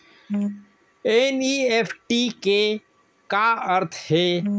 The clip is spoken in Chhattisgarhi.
एन.ई.एफ.टी के का अर्थ है?